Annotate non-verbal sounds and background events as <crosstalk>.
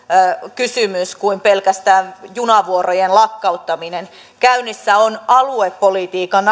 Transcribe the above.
kysymys kuin pelkästään junavuorojen lakkauttaminen käynnissä on aluepolitiikan <unintelligible>